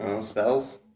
spells